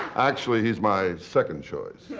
actually he's my second choice.